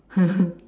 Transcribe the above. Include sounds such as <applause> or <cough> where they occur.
<laughs>